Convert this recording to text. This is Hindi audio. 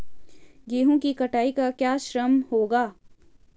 गेहूँ की कटाई का क्या श्रम होगा?